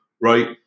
right